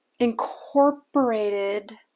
incorporated